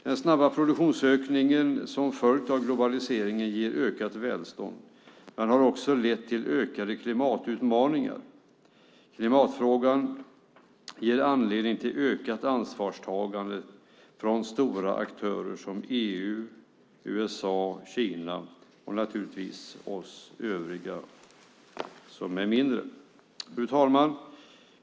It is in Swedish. Den snabba produktionsökning som följt av globaliseringen ger ökat välstånd men har också lett till ökade klimatutmaningar. Klimatfrågan ger anledning till ökat ansvarstagande från stora aktörer som EU, USA och Kina och naturligtvis från oss övriga mindre länder. Fru talman!